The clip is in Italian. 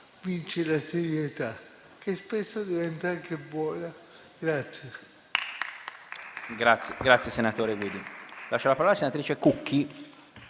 vince la serietà che spesso diventa anche buona.